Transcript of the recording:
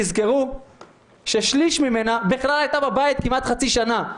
תזכרו שהשליש ממנה בכלל הייתה בבית כמעט חצי שנה.